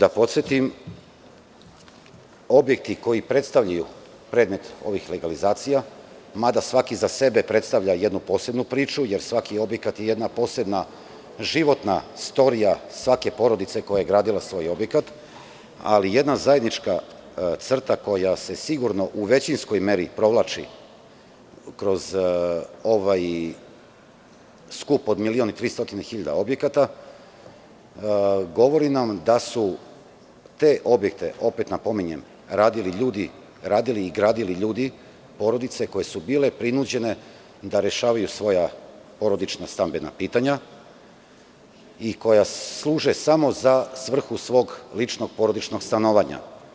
Da podsetim, objekti koji predstavljaju predmet ovih legalizacija, mada svaki za sebe predstavlja jednu posebnu priču, jer svaki objekat je jedna posebna životna storija svake porodice koja je gradila svoj objekat, ali jedna zajednička crta koja se sigurno u većinskoj meri provlači kroz ovaj skup od 1.300.000 objekata govori nam da su te objekte, opet napominjem, radili i gradili ljudi, porodice koje su bile prinuđene da rešavaju svoja porodična stambena pitanja i koja služe samo za svrhu svog ličnog, porodičnog stanovanja.